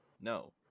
no